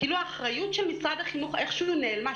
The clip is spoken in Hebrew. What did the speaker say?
האחריות של משרד החינוך איכשהו נעלמה.